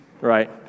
right